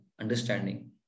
understanding